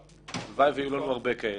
הלוואי ויהיו לנו הרבה כאלה,